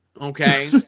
Okay